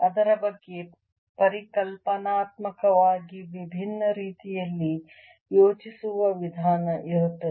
ಅದರ ಬಗ್ಗೆ ಪರಿಕಲ್ಪನಾತ್ಮಕವಾಗಿ ವಿಭಿನ್ನ ರೀತಿಯಲ್ಲಿ ಯೋಚಿಸುವ ವಿಧಾನ ಇರುತ್ತದೆ